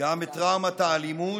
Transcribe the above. גם בטראומת האלימות,